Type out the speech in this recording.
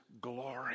glory